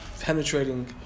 penetrating